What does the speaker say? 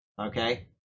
Okay